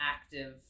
active